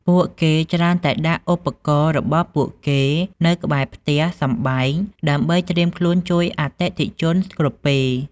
ពួកគេច្រើនតែដាក់ឧបករណ៍របស់ពួកគេនៅក្បែរផ្ទះសម្បែងដើម្បីត្រៀមខ្លួនជួយអតិថិជនគ្រប់ពេល។